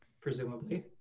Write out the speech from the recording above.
presumably